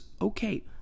okay